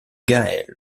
gaël